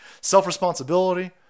Self-responsibility